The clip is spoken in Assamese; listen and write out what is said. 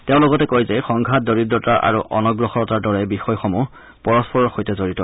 তেওঁ লগতে কয় যে সংঘাত দৰিদ্ৰতা আৰু অনগ্ৰসৰতাৰ দৰে বিষয়সমূহ পৰস্পৰৰ সৈতে জড়িত